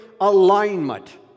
alignment